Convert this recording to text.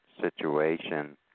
situation